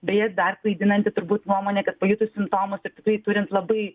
beje dar klaidinanti turbūt nuomonė kad pajutus simptomus tikrai turime labai